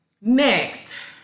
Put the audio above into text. Next